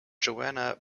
joanna